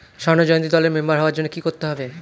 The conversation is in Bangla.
স্বর্ণ জয়ন্তী দলের মেম্বার হওয়ার জন্য কি করতে হবে?